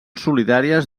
solidàries